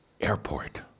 airport